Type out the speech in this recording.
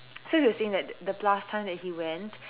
so he was saying that the last time that he went